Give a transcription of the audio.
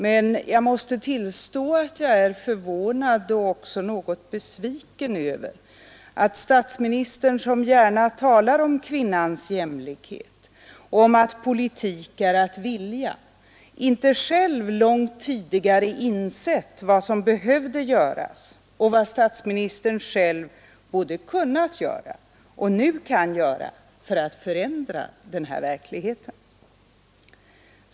Men jag måste tillstå att jag är förvånad och något besviken över att statsministern, som gärna talar om kvinnans jämlikhet och om att politik är att vilja, inte själv långt tidigare insett vad som behövt göras och vad statsministern själv både kunnat göra och nu kan göra för att förändra den här verkligheten.